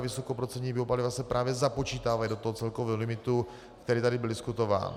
Vysokoprocentní biopaliva se právě započítávají do celkového limitu, který tady byl diskutován.